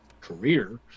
career